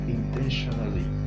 intentionally